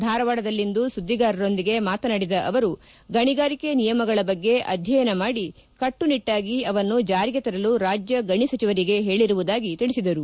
ಧಾರವಾಡದಲ್ಲಿಂದು ಸುದ್ದಿಗಾರರೊಂದಿಗೆ ಮಾತನಾಡಿದ ಅವರು ಗಣಿಗಾರಿಕೆ ನಿಯಮಗಳ ಬಗ್ಗೆ ಅಧ್ಯಯನ ಮಾಡಿ ಕಟ್ಟು ನಿಟ್ಟಾಗಿ ಅವನ್ನು ಜಾರಿಗೆ ತರಲು ರಾಜ್ಯ ಗಣಿ ಸಚಿವರಿಗೆ ಹೇಳಿರುವುದಾಗಿ ತಿಳಿಸಿದರು